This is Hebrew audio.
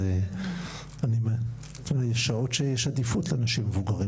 אז זה שעות שיש עדיפות לאנשים מבוגרים,